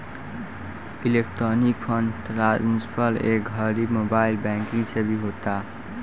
electronic fund transfer ए घड़ी mobile banking से भी होता